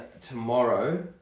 tomorrow